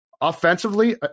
offensively